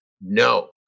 no